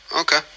Okay